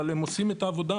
אבל הם עושים את העבודה,